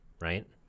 right